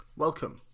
welcome